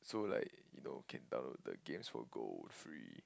so like you know can download the games for gold free